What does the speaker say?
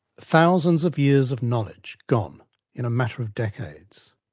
thousands of years of knowledge gone in a matter of decades.